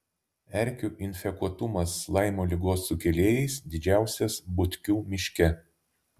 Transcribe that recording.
erkių infekuotumas laimo ligos sukėlėjais didžiausias butkių miške